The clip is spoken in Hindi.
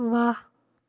वाह